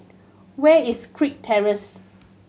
where is Kirk Terrace